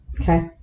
Okay